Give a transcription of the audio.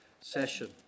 session